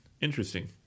Interesting